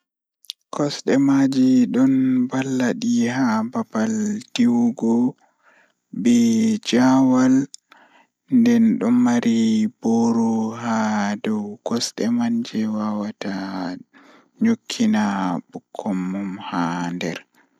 Ah ndikka ɓe tokka jangugo mathmatics Ko sabu ngoodi e ɗum, yimɓe foti waawi sosde ɗum, e tawti laawol e nder caɗeele. Mathematics nafa koo fiyaama e nder keewɗi, kadi ko ɗum hokkata noyiɗɗo e tareeji woppitaaki. Kono, waɗde mathematics no waawi njama ko moƴƴi faami, heɓugol firtiiɗo ngal hayɓe.